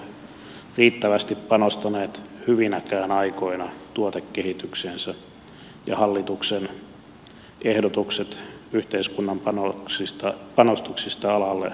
metsäteollisuusyhtiöt eivät ole riittävästi panostaneet hyvinäkään aikoina tuotekehitykseensä ja hallituksen ehdotukset yhteiskunnan panostuksista alalle ovat toki tarpeen